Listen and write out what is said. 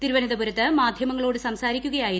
തിരുവന്തപുരത്ത് മാധ്യമങ്ങളോട് സംസാരിക്കുകയായിരുന്നു